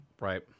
Right